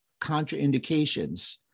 contraindications